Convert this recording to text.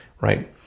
right